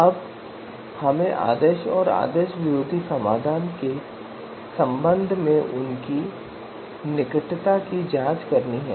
अब हमें आदर्श और विरोधी आदर्श समाधान के संबंध में उनकी निकटता की जांच करनी है